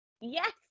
Yes